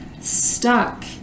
stuck